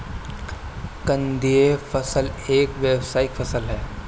कंदीय फसल एक व्यावसायिक फसल है